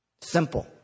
Simple